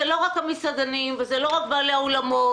זה לא רק המסעדנים ולא רק בעלי האולמות,